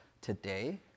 today